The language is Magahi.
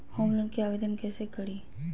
होम लोन के आवेदन कैसे करि?